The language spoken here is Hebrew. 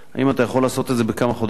האם אתה יכול לייצר את זה בכמה חודשים?